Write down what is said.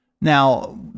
Now